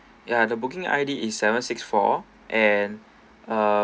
ya the booking I_D is seven six four and uh